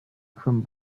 from